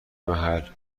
محل